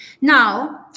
Now